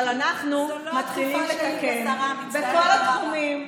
אבל אנחנו מתחילים לתקן בכל התחומים.